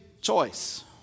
choice